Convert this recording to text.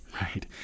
right